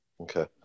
Okay